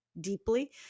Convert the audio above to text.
deeply